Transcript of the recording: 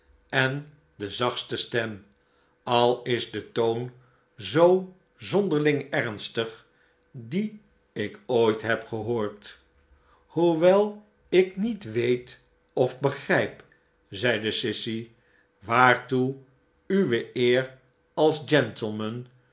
en de zachtste stem al is de toon zoo zonderling ernstig die ik ooit heb gehoord hoewel ik niet weetof begrijp zeide sissy waartoeuweeer als